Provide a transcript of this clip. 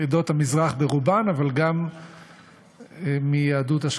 מעדות המזרח ברובם, אבל גם מיהדות אשכנז.